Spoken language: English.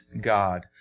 God